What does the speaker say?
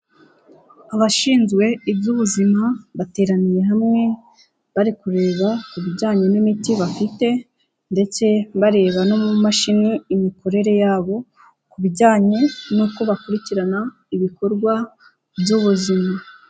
Abashinzwe iby'ubuzima, bateraniye hamwe, bari kureba ku bijyanye n'imiti bafite ndetse bareba no mumashini imikorere yabo, ku bijyanye n'uko bakurikirana ibikorwa by'ubuzima.